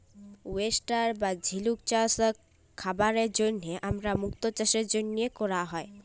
oyster বা ঝিলুক চাস খাবারের জন্হে আর মুক্ত চাসের জনহে ক্যরা হ্যয়ে